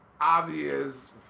Obvious